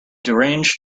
deranged